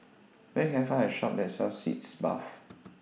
Where Can I Find A Shop that sells Sitz Bath